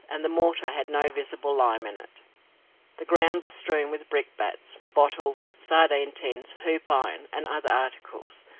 and the mortar had no visible lime in it the ground was strewn with brick-bats, bottles, sardine tins, hoop iron, and other articles,